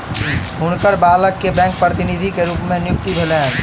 हुनकर बालक के बैंक प्रतिनिधि के रूप में नियुक्ति भेलैन